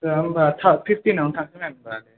दा होनबा फिफटिनावनो थांनोसै मेम होनबा